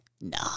No